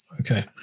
Okay